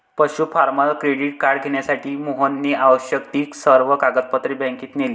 पशु farmer credit card घेण्यासाठी मोहनने आवश्यक ती सर्व कागदपत्रे बँकेत नेली